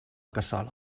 cassola